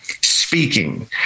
speaking